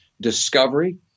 discovery